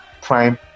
prime